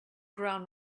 ground